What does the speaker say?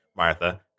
Martha